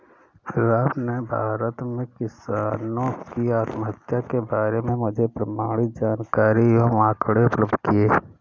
राम ने भारत में किसानों की आत्महत्या के बारे में मुझे प्रमाणित जानकारी एवं आंकड़े उपलब्ध किये